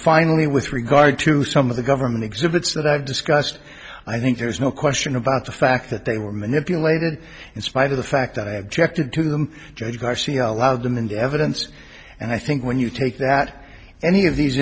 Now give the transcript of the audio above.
finally with regard to some of the government exhibits that i've discussed i think there's no question about the fact that they were manipulated in spite of the fact that i objected to them judge garcia allowed them in the evidence and i think when you take that any of these